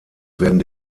werden